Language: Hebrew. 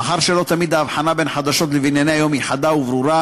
מאחר שלא תמיד ההבחנה בין חדשות לבין ענייני היום היא חדה וברורה,